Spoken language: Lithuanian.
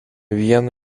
vienu